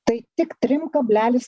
tai tik trim kablelis